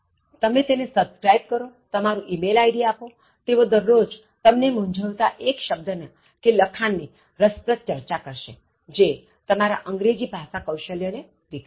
તમે તેને સબ્સ્ક્રાઇબ કરોતમારું email id આપોતેઓ દરરોજ તમને મૂંઝવતા એક શબ્દની કે લખાણ ની રસપ્રદ ચર્ચા કરશે જે તમારા અંગ્રેજી ભાષા કૌશલ્ય ને વિકસાવશે